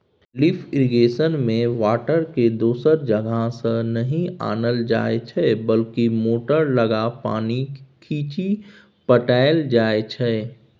lift इरिगेशनमे बाटरकेँ दोसर जगहसँ नहि आनल जाइ छै बल्कि मोटर लगा पानि घीचि पटाएल जाइ छै